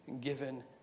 given